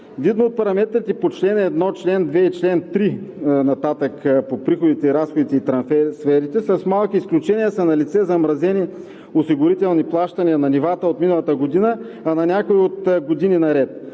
Видно от параметрите по чл. 1, чл. 2 и чл. 3 и нататък по приходите, разходите и трансферите с малки изключения са налице замразени осигурителни плащания на нивата от миналата година, а на някои – от години наред.